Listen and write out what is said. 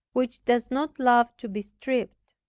which does not love to be stripped.